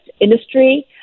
industry